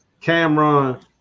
Cameron